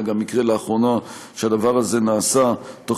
היה לאחרונה מקרה שבו הדבר הזה נעשה תוך